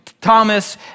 Thomas